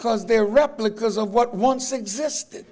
cause they're replicas of what once existed